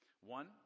One